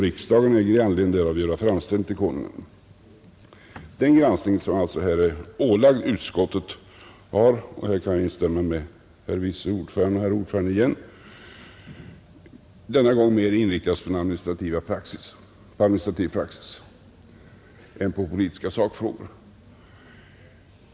Riksdagen äger i anledning därav göra framställning till Konungen.” Den granskning som alltså är ålagd utskottet har — och här kan jag instämma i vad herr vice ordföranden och herr ordföranden sade — denna gång mer inriktats på administrativ praxis än på politiska sakfrågor.